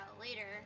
later